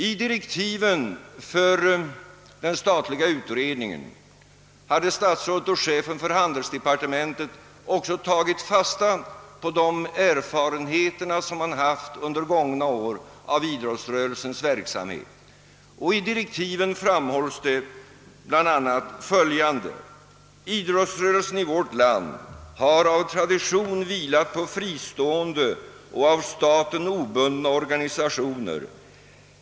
I direktiven för den statliga utredningen har statsrådet och chefen för handelsdepartementet tagit fasta på de erfarenheter av idrottsrörelsens verksamhet som har gjors under gångna år, och i direktiven framhålls bl.a. följan de: »Idrottsrörelsen i vårt land har av tradition vilat på fristående och av staten obundna organisationer.